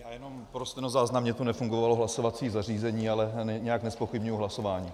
Já jenom pro stenozáznam, mně tu nefungovalo hlasovací zařízení, ale nijak nezpochybňuji hlasování.